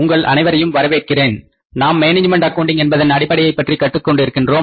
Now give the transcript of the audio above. உங்கள் அனைவரையும் வரவேற்கிறேன் நாம் மேனேஜ்மென்ட் அக்கவுண்டிங் என்பதன் அடிப்படையை பற்றி கற்றுக் கொண்டிருக்கின்றோம்